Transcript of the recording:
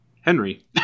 Henry